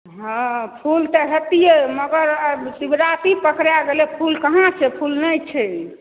हँ फूल तऽ हैतियै मगर शिवराति पकड़ा गेलै फूल कहाँ छै फूल नहि छै